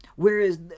Whereas